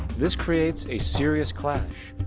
this creates a serious clash,